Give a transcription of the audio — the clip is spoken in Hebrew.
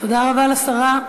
תודה רבה לשרה.